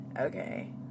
Okay